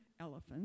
elephants